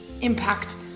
impact